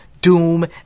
Doom